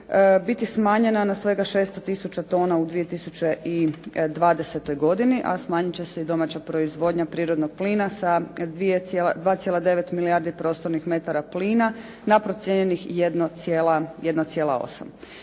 biti smanjena na svega 600 tisuća tona u 2020. godini a smanjit će se domaća proizvodnja domaćeg plina sa 2,9 milijardi prostornih metara plina na procijenjenih 1,8.